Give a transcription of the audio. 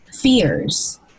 fears